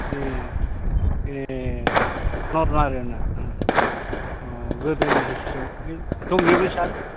ए ए नरनारायना अ अ गोदोनि हिस्थ'रियाव दंजोबो सार